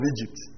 Egypt